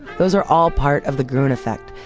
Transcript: those are all part of the gruen effect.